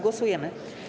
Głosujemy.